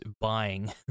buying